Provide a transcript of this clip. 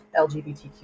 lgbtq